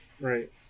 Right